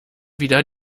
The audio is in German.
wieder